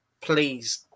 please